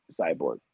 cyborg